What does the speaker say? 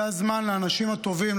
זה הזמן לאנשים הטובים,